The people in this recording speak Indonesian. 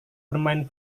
bermain